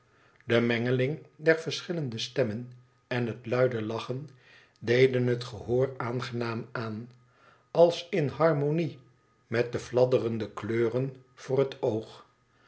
de mengeling der verschillende stemmen en het luide lachen deden het gehoor aangenaam aan als in harmonie met de fladderende kleuren voor het oog